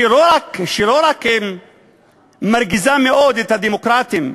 שלא רק מרגיזה מאוד את הדמוקרטים,